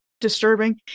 disturbing